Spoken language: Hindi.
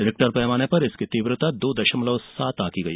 रिक्टर पैमाने पर इसकी तीव्रता दो दशमलव सात आंकी गई